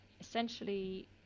essentially